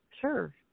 Sure